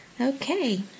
okay